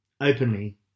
openly